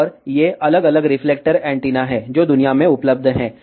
और ये अलग अलग रिफ्लेक्टर एंटीना हैं जो दुनिया में उपलब्ध हैं